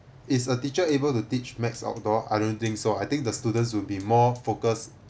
is a teacher able to teach maths outdoor I don't think so I think the students would be more focused